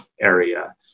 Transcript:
area